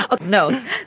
No